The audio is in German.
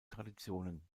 traditionen